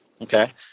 Okay